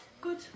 good